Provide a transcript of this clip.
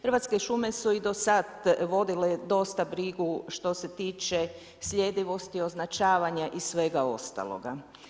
Hrvatske šume su i do sada vodile dosta brigu što se tiče sljedivosti, označavanja i svega ostaloga.